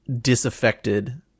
disaffected